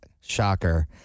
shocker